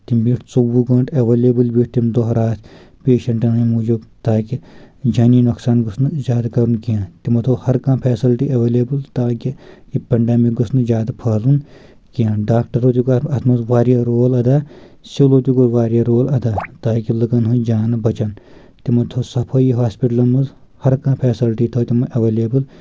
تِم بیٖٹھۍ ژووُہ گنٹہ ایٚولیبٕل بیٖٹھۍ تِم دۄہ راتھ پیشنٹن ہنٛدۍ موٗجوب تاکہِ جٲنی نۄقصان گوٚژھ نہٕ زیادٕ کرُن کینٛہہ تِمو تھٲو ہر کانٛہہ فیسلٹی ایٚولیبٕل تاکہِ یہِ پینڈامِک گوٚژھ نہٕ زیادٕ پھہلُن کینٛہہ ڈاکٹرو تہِ کوٚر اتھ منٛز وارتیاہ رول ادا سولو تہِ کوٚر واریاہ رول ادا تاکہِ لُکن ہنٛز جان بچن تمو تھٲو صفٲیی ہاسپٹلن منٛز ہر کانٛہہ فیسلٹی تھٲو تِمو ایٚولیبٕل